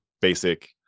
basic